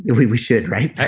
and we we should, right?